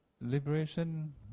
liberation